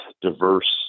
diverse